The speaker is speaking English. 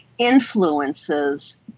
influences